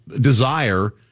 desire